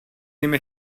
nimi